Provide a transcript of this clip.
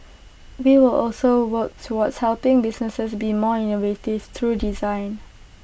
we will also work towards helping businesses be more innovative through design